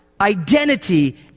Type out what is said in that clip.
identity